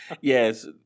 Yes